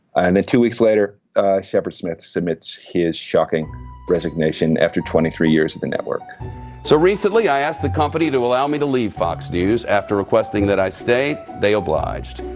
and then two weeks later shepard smith submits his shocking resignation after twenty three years on the network so recently i asked the company to allow me to leave fox news after requesting that i stay. they obliged.